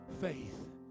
Faith